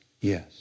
Yes